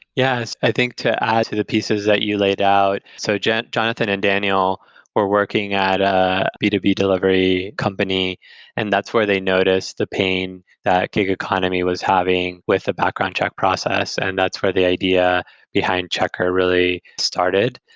yes. i think to add to the pieces that you laid out. so jonathan and daniel were working at a b to b delivery company and that's where they noticed the pain that gig economy was having with the background check process, and that's where the idea behind checkr really started.